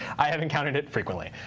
i have encountered it frequently.